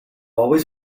always